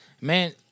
man